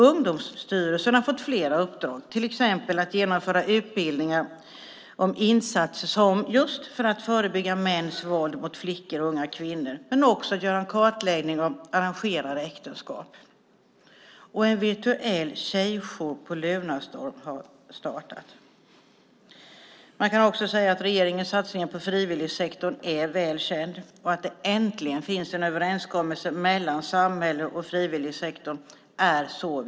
Ungdomsstyrelsen har fått flera uppdrag, till exempel att genomföra utbildningar om insatser just för att förebygga mäns våld mot flickor och unga kvinnor och för att göra kartläggningar av arrangerade äktenskap. En virtuell tjejjour har startat på Lunarstorm. Man kan säga att regeringens satsningar på frivilligsektorn är väl känd. Det är så viktigt att det äntligen finns en överenskommelse mellan samhället och frivilligsektorn.